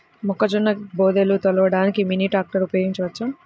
మొక్కజొన్న బోదెలు తోలడానికి మినీ ట్రాక్టర్ ఉపయోగించవచ్చా?